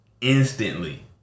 instantly